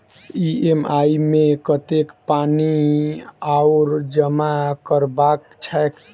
EMI मे कतेक पानि आओर जमा करबाक छैक?